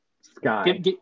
Sky